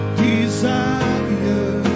desire